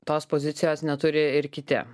tos pozicijos neturi ir kiti